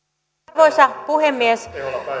arvoisa puhemies